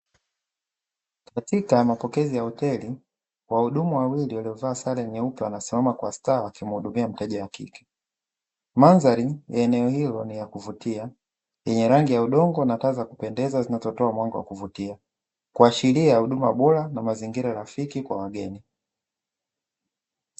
Katika mapokezi ya hoteli, wahudumu wawili waliovaa sare nyeupe wanasimama kwa staha wakimuhudumia mteja wa kike. Mandhari ya eneo hilo ni ya kuvutia, yenye rangi ya udongo na taa za kupendeza inayotoa mwanga wa kuvutia, kuashiria huduma bora na mazingira rafiki kwa wageni.